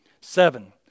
Seven